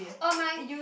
oh-my